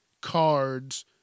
cards